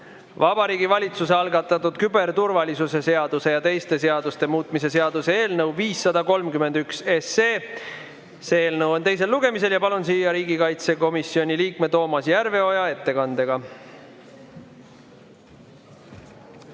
Vabariigi Valitsuse algatatud küberturvalisuse seaduse ja teiste seaduste muutmise seaduse eelnõu 531. See eelnõu on teisel lugemisel. Palun siia riigikaitsekomisjoni liikme Toomas Järveoja ettekandega.